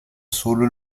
solo